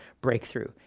breakthrough